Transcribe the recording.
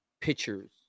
pictures